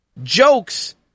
Jokes